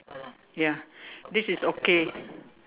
ya this is okay